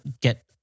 get